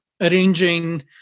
arranging